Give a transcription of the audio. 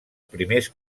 primers